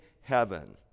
heaven